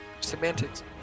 Semantics